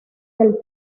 del